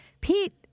Pete